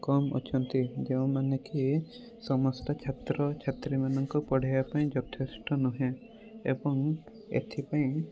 କମ୍ ଅଛନ୍ତି ଯେଉଁମାନେ କି ସମସ୍ତ ଛାତ୍ରଛାତ୍ରୀ ମାନଙ୍କୁ ପଢାଇବା ପାଇଁ ଯଥେଷ୍ଟ ନୁହେଁ ଏବଂ ଏଥିପାଇଁ